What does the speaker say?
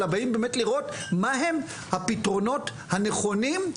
אלא באים לראות מה הם הפתרונות הנכונים.